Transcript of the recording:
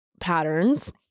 patterns